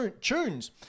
tunes